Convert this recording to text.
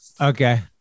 Okay